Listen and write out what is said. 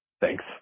Thanks